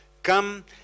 Come